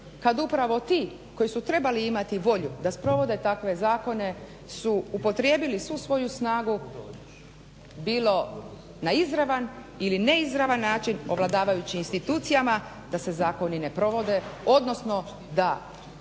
kada upravo ti koji su trebali imati volju da sprovode takve zakone su upotrijebili svu svoju snagu bilo na izravan ili na neizravan način ovladavajući institucijama da se zakoni ne provode, odnosno da